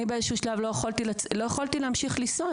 באיזשהו שלב אני לא יכולתי להמשיך לנסוע,